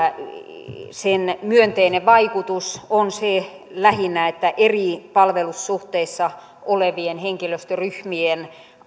sen myönteinen vaikutus on lähinnä se että eri palvelussuhteissa olevien henkilöstöryhmien